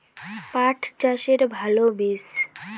পাঠ চাষের ভালো বীজ?